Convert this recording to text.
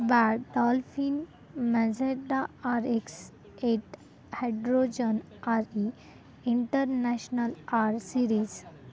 BYD Dolphin Mazda R X eight hydrogen R E international R series